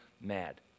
mad